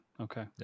Okay